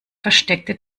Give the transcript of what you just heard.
versteckte